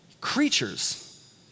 creatures